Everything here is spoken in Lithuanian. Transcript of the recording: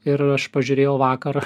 ir aš pažiūrėjau vakar